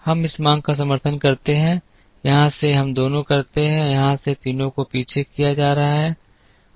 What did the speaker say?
हम इस मांग का समर्थन करते हैं यहां से हम दोनों करते हैं यहां से तीनों को पीछे किया जा रहा है